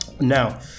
Now